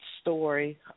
story